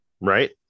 Right